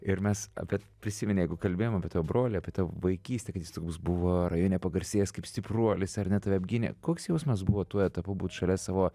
ir mes apie prisimini jeigu kalbėjom apie tavo brolį apie tavo vaikystę kad jis toks buvo rajone pagarsėjęs kaip stipruolis ar ne tave apgynė koks jausmas buvo tuo etapu būt šalia savo